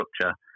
structure